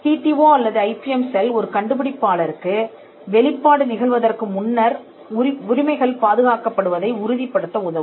D T O அல்லது IPM cell ஒரு கண்டுபிடிப்பாளருக்கு வெளிப்பாடு நிகழ்வதற்கு முன்னர் உரிமைகள் பாதுகாக்கப்படுவதை உறுதிப்படுத்த உதவும்